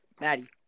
maddie